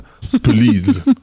Please